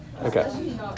Okay